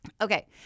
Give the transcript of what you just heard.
Okay